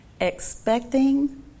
Expecting